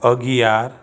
અગિયાર